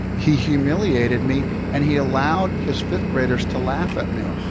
he humiliated me and he allowed his fifth graders to laugh at me.